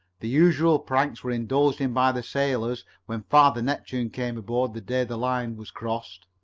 the usual pranks were indulged in by the sailors when father neptune came aboard the day the line was crossed,